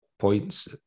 Points